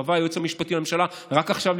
שקבע היועץ המשפטי לממשלה רק עכשיו,